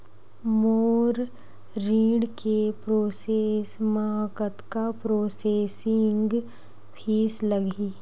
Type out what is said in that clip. मोर ऋण के प्रोसेस म कतका प्रोसेसिंग फीस लगही?